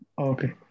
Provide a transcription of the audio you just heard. Okay